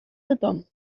tothom